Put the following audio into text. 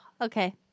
Okay